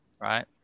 right